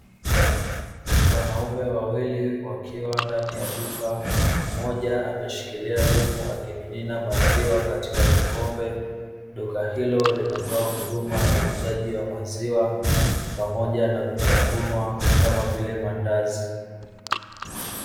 Wanaume wawili wakiwa ndani ya duka mmoja ameshikilia dumu akimimina maziwa katika kikombe, duka hilo linatoa huduma ya uuzaji wa maziwa pamoja na vitafunwa kama vile maandazi.